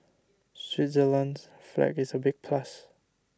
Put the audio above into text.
Switzerland's flag is a big plus